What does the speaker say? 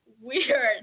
weird